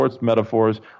metaphors